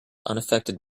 unaffected